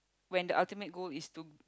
when the ultimate goal is to